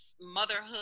motherhood